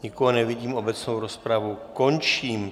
Nikoho nevidím, obecnou rozpravu končím.